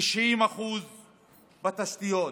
90% בתשתיות.